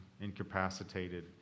incapacitated